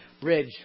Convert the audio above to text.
bridge